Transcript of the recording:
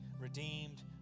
redeemed